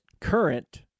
current